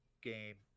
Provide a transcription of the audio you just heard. game